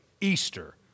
Easter